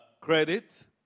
credit